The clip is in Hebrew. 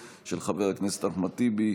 של חבר הכנסת אחמד טיבי,